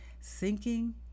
sinking